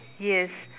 yes